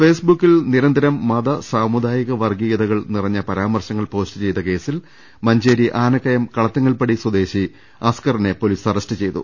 ഫെയ്സ്ബുക്കിൽ നിരന്തരം മത സാമുദായിക വർഗീയത നിറഞ്ഞ പരമാർശങ്ങൾ പോസ്റ്റ് ചെയ്ത കേസിൽ മഞ്ചേരി ആന ക്കയം കളത്തിങ്ങൾപടി സ്വദേശി അസ്കറിനെ പൊലീസ് അറസ്റ്റ് ചെയ്തു